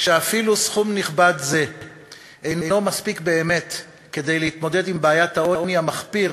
שאפילו סכום נכבד זה אינו מספיק באמת כדי להתמודד עם בעיית העוני המחפיר